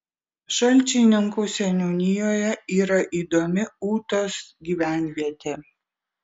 šalčininkų seniūnijoje yra įdomi ūtos gyvenvietė